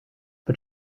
but